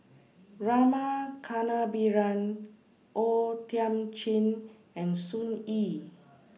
Rama Kannabiran O Thiam Chin and Sun Yee